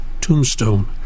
tombstone